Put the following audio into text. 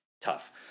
tough